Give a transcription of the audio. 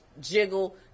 jiggle